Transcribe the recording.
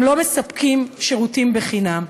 הם לא מספקים שירותים בחינם.